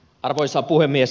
arvoisa puhemies